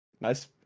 Nice